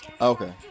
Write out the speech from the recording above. Okay